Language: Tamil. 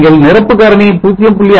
நீங்கள் நிரப்பு காரணி 0